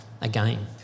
again